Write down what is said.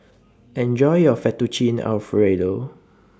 Enjoy your Fettuccine Alfredo